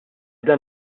dan